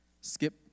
skip